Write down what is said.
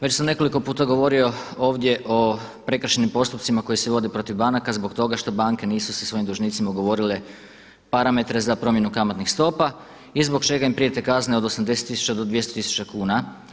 Već sam nekoliko puta govorio ovdje o prekršajnim postupcima koji se vode protiv banaka zbog toga što banke nisu sa svojim dužnicima ugovorile parametre za promjenu kamatnih stopa i zbog čega im prijete kazne od 80 tisuća do 200 tisuća kuna.